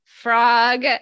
frog